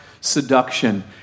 seduction